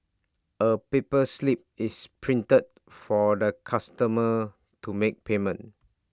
A paper slip is printed for the customer to make payment